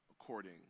according